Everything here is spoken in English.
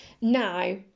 Now